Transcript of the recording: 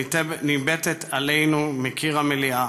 ניבטת אלינו מקיר המליאה